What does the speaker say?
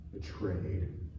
Betrayed